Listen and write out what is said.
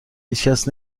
هیچکس